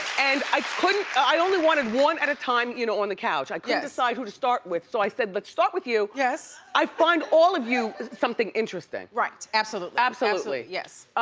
and i couldn't, i only wanted one at a time you know on the couch. i couldn't decide who to start with so i said, let's but start with you. yes. i find all of you something interesting. right. absolutely. absolutely. yes.